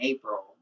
April